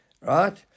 Right